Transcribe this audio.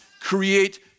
create